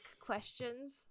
questions